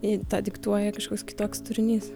į tą diktuoja kažkoks kitoks turinys